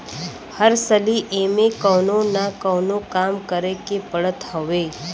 हर सलिए एमे कवनो न कवनो काम करे के पड़त हवे